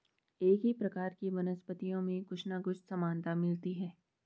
एक ही प्रकार की वनस्पतियों में कुछ ना कुछ समानता मिलती है